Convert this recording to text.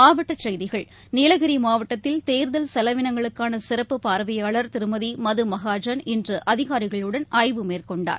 மாவட்டச் செய்திகள் நீலகிரி மாவட்டத்தில் தேர்தல் செலவினங்களுக்கான சிறப்பு பார்வையாளர் திருமதி மது மகாஜன் இன்று அதிகாரிகளுடன் ஆய்வு மேற்கொண்டார்